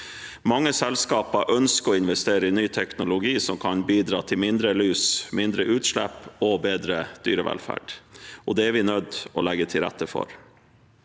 Mange selskaper ønsker å investere i ny teknologi som kan bidra til færre lus, mindre utslipp og bedre dyrevelferd, og det er vi nødt å legge til rette for.